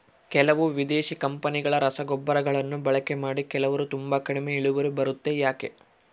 ಕೆಲವು ವಿದೇಶಿ ಕಂಪನಿಗಳ ರಸಗೊಬ್ಬರಗಳನ್ನು ಬಳಕೆ ಮಾಡಿ ಕೆಲವರು ತುಂಬಾ ಕಡಿಮೆ ಇಳುವರಿ ಬರುತ್ತೆ ಯಾಕೆ?